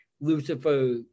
Lucifer